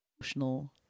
emotional